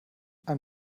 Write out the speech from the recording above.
ein